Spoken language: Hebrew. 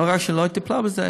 לא רק שהיא לא טיפלה בזה,